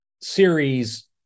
series